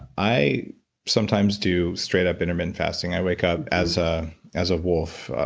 i sometimes do straight up intermittent fasting. i wake up as ah as a wolf.